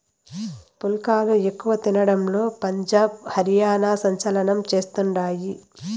పుల్కాలు ఎక్కువ తినడంలో పంజాబ్, హర్యానా సంచలనం చేస్తండాయి